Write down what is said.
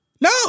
no